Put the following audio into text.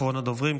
אחרון הדוברים.